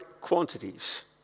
quantities